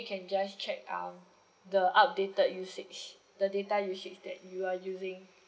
you can just check um the updated usage the data usage that you are using